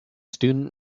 student